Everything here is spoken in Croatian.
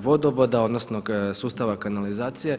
vodovoda, odnosno sustava kanalizacije.